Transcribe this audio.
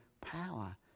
power